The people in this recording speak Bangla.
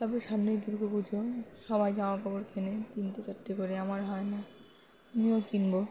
তারপর সামনেই দুর্গা পুজো সবাই জামাকাপড় কেনে তিনটে চারটে করে আমার হয় না আমিও কিনবো